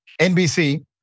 NBC